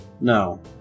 No